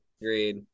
Agreed